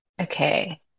Okay